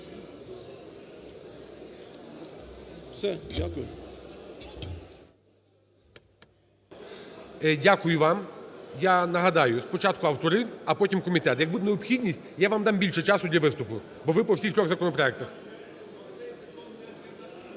ГОЛОВУЮЧИЙ. Дякую вам. Я нагадаю, спочатку автори, а потім комітет. Як буде необхідність, я вам дам більше часу для виступу, бо ви по всіх трьох законопроектах.